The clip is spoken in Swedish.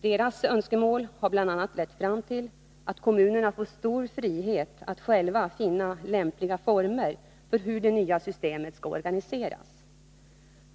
Deras önskemål har bl.a. lett fram till att kommunerna får stor frihet att själva finna lämpliga former för hur det nya systemet skall organiseras.